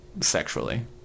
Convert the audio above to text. sexually